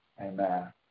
amen